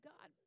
God